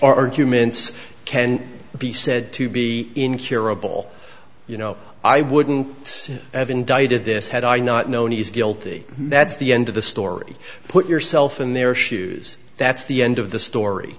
arguments can be said to be incurable you know i wouldn't have indicted this had i not known he is guilty that's the end of the story put yourself in their shoes that's the end of the story